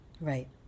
Right